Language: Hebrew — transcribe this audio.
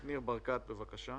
ברקת, בבקשה.